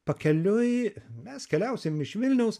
pakeliui mes keliausim iš vilniaus